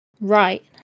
right